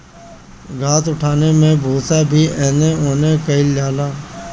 घास उठौना से भूसा भी एने ओने कइल जाला